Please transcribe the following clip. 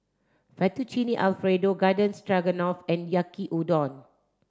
Fettuccine Alfredo Garden Stroganoff and Yaki Udon